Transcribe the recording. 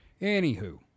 Anywho